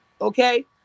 Okay